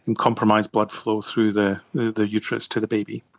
and compromised blood flow through the the uterus to the baby.